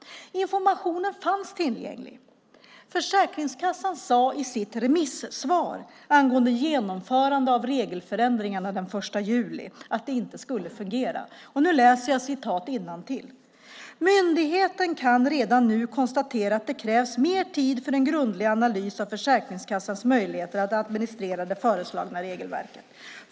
Informationen fanns tillgänglig. Försäkringskassan sade i sitt remissvar angående genomförandet av regelförändringarna den 1 juli att det inte skulle fungera. Jag läser innantill: "Myndigheten kan redan nu konstatera att det krävs mer tid för en grundlig analys av Försäkringskassans möjligheter att administrera det föreslagna regelverket.